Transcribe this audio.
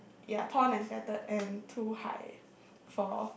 ya tall and dated and too high for